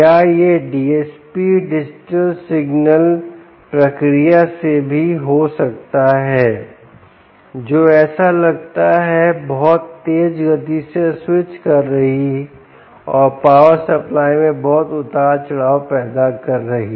या यह DSP digital signal प्रक्रिया से भी हो सकता है जो ऐसा लगता हैबहुत तेज़ गति से स्विच कर रही और पावर सप्लाई में बहुत उतार चढ़ाव पैदा कर रही